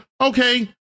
Okay